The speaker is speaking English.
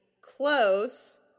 Close